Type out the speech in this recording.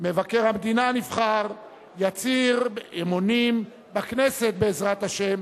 מבקר המדינה הנבחר יצהיר אמונים בכנסת, בעזרת השם,